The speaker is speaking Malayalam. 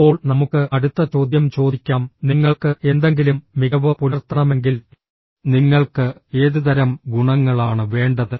അപ്പോൾ നമുക്ക് അടുത്ത ചോദ്യം ചോദിക്കാം നിങ്ങൾക്ക് എന്തെങ്കിലും മികവ് പുലർത്തണമെങ്കിൽ നിങ്ങൾക്ക് ഏതുതരം ഗുണങ്ങളാണ് വേണ്ടത്